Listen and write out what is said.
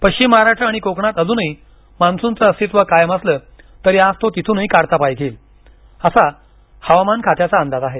पश्चिम महाराष्ट्र आणि कोकणात अजूनही मान्सूनचं अस्तित्व कायम असलं तरी आज तो तिथ्रनही काढता पाय घेईल असा हवामान खात्याचा अंदाज आहे